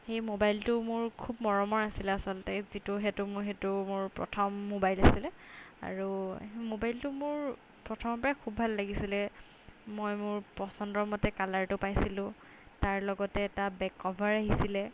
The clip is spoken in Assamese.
সেই মোবাইলটো মোৰ খুব মৰমৰ আছিলে আচলতে যিটো সেইটো মোৰ সেইটো মোৰ প্ৰথম মোবাইল আছিলে আৰু মোবাইলটো মোৰ প্ৰথমৰ পৰাই খুব ভাল লাগিছিলে মই মোৰ পচন্দৰ মতে কালাৰটো পাইছিলোঁ তাৰ লগতে এটা বেক কভাৰ আহিছিলে